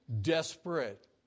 desperate